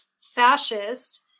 fascist